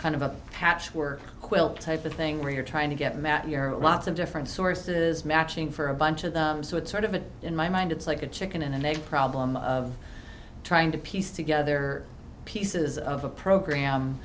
kind of a patchwork quilt type of thing where you're trying to get matt you're a lots of different sources matching for a bunch of them so it's sort of been in my mind it's like a chicken and egg problem of trying to piece together pieces of a program